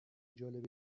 جالب